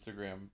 Instagram